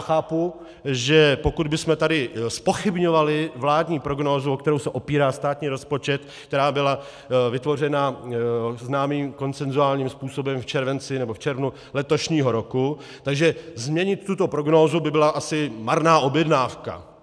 Chápu, že pokud bychom tady zpochybňovali vládní prognózu, o kterou se opírá státní rozpočet, která byla vytvořená známým konsensuálním způsobem v červenci nebo v červnu letošního roku, tak že změnit tuto prognózu by byla asi marná objednávka.